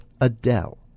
adele